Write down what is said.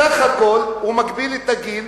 בסך הכול הוא מגביל את הגיל